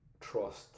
trust